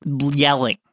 yelling